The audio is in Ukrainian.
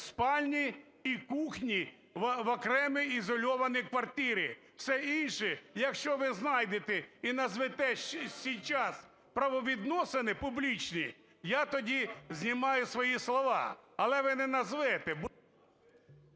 спальні і кухні в окремій ізольованій квартирі. Все інше, якщо ви знайдете і назвете сейчас правовідносини публічні, я тоді знімаю свої слова. Але ви не назвете…